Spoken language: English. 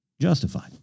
justified